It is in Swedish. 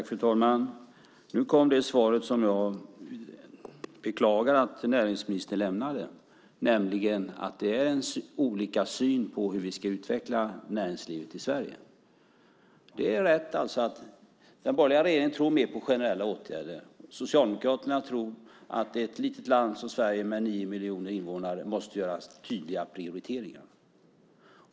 Fru talman! Nu kom det svar som jag beklagar att näringsministern lämnade, nämligen att det är olika syn på hur vi ska utveckla näringslivet i Sverige. Det stämmer alltså att den borgerliga regeringen tror mer på generella åtgärder. Socialdemokraterna tror att det i ett litet land som Sverige med nio miljoner invånare måste göras tydliga prioriteringar.